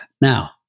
now